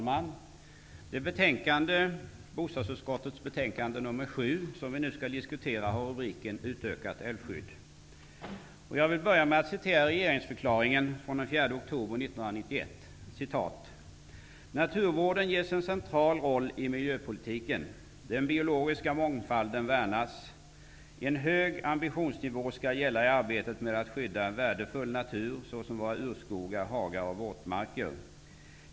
Herr talman! Det betänkande, BoU7, som vi nu skall diskutera har rubriken Utökat älvskydd. Jag vill börja med att citera regeringsförklaringen från den 4 oktober 1991: ''Naturvården ges en central roll i miljöpolitiken. Den biologiska mångfalden värnas. En hög ambitionsnivå skall gälla i arbetet med att skydda värdefull natur, såsom våra urskogar, hagar och våtmarker.